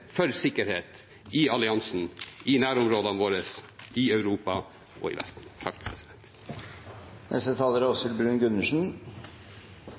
og sikkerhet i alliansen, i nærområdene våre, i Europa og i Vesten. I et moderne samfunn må man legge til rette for at folk er